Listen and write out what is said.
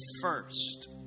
first